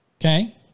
okay